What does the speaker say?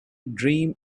dream